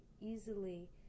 easily